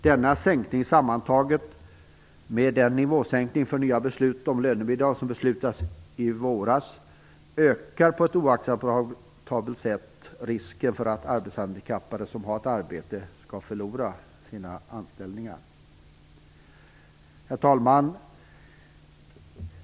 Denna sänkning tillsammans med den nivåsänkning för lönebidrag som beslutades i våras ökar på ett oacceptabelt sätt risken för att de arbetshandikappade som har ett arbete skall förlora sina anställningar. Herr talman!